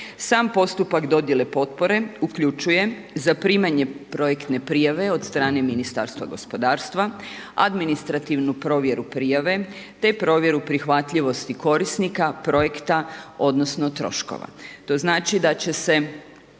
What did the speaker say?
Sam postupak dodjele potpore uključuje zaprimanje projektne prijave od strane Ministarstva gospodarstva, administrativnu provjeru prijave te provjeru prihvatljivosti korisnika, projekta odnosno troškova. To znači da će se